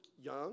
young